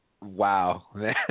Wow